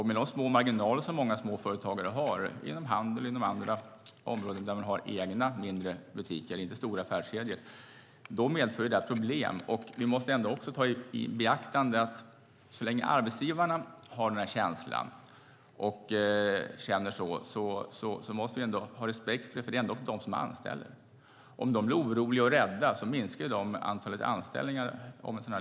Med de små marginaler som många små företagare har inom handel och andra områden där man har egna mindre butiker, inte stora affärskedjor, medför det problem. Vi måste ta detta i beaktande. Så länge arbetsgivarna har den känslan måste vi ha respekt, för det är ändå de som anställer. Om de blir oroliga och rädda på grund av en sådan lag minskar de antalet anställningar.